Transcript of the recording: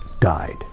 died